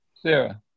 Sarah